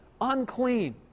unclean